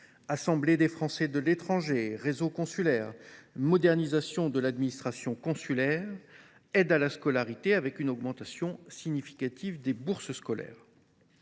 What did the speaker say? Assemblée des Français de l’étranger, réseau consulaire, modernisation de l’administration consulaire, aide à la scolarité – avec une augmentation significative des crédits alloués